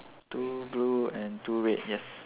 two blue and two red yes